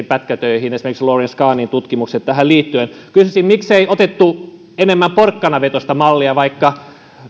pätkätöihin esimerkiksi lawrence kahnin tutkimukset tähän liittyen kysyisin miksei otettu enemmän porkkanavetoista mallia vaikka